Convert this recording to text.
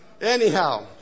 Anyhow